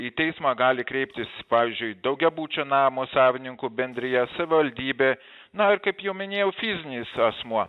į teismą gali kreiptis pavyzdžiui daugiabučio namo savininkų bendrija savivaldybė na ir kaip jau minėjau fizinis asmuo